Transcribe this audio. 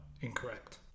incorrect